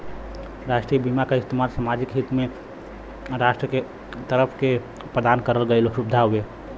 राष्ट्रीय बीमा क इस्तेमाल सामाजिक हित में राष्ट्र के तरफ से प्रदान करल गयल सुविधा हउवे